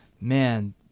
man